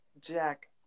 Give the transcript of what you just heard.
Jack